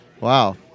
wow